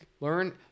learn